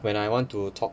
when I want to talk